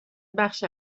بخش